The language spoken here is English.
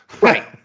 Right